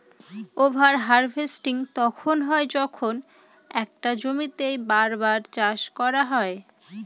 over harvesting তখন হয় যখন একটা জমিতেই বার বার চাষ করা হয়